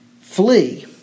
flee